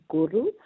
Guru